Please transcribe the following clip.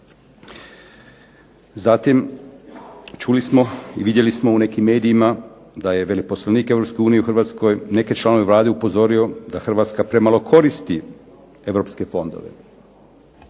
Zatim, čuli smo i vidjeli smo u nekim medijima da je veleposlanik Europske unije u Hrvatskoj neke članove Vlade upozorio da Hrvatska premalo koristi europske fondove.